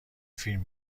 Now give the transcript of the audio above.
فیلم